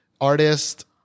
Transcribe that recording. artist